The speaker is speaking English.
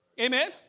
Amen